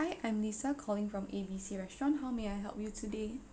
I I'm lisa calling from A B C restaurant how may I help you today